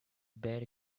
bear